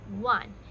One